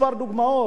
מה היה: